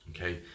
Okay